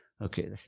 Okay